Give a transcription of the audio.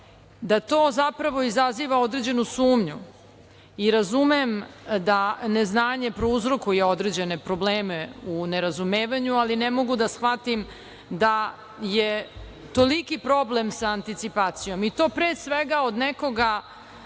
da to zapravo izaziva određenu sumnju. Razumem da neznanje prouzrokuje određene probleme u nerazumevanju, ali ne mogu da shvatim da je toliki problem sa anticipacijom, i to pre svega od nekoga